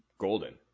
Golden